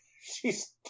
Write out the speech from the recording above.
She's-